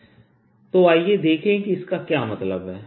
Br04πIdl×r rr r3 तो आइए देखें कि इसका क्या मतलब है